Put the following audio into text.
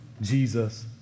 Jesus